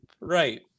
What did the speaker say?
Right